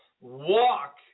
walk